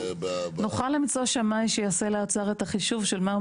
נוכל למצוא שמאי שיעשה לאוצר את החישוב של מה הוא